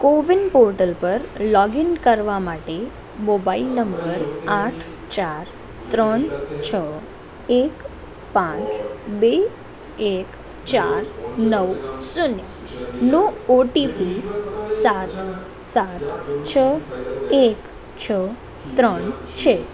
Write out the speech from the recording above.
CoWIN portal પર login કરવા માટે મોબાઈલ નંબર આઠ ચાર ત્રણ છ એક પાંચ બે એક ચાર નવ શૂન્યનો ઓટીપી સાત સાત છ એક છ ત્રણ છે